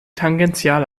tangential